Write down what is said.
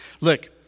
Look